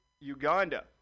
Uganda